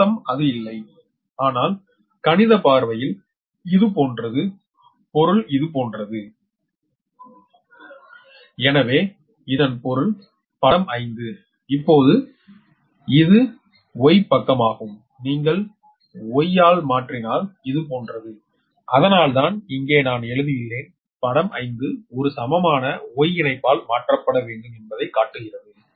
யதார்த்தம் அது இல்லை ஆனால் கணித பார்வையில் இது போன்றது பொருள் இது போன்றது எனவே இதன் பொருள் படம் 5 இப்போது இது Y பக்கமாகும் நீங்கள் Y ஆல் மாற்றினால் இது போன்றது அதனால்தான் இங்கே நான் எழுதியுள்ளேன் படம் 5 ஒரு சமமான Y இணைப்பால் மாற்றப்பட வேண்டும் என்பதைக் காட்டுகிறது